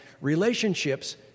relationships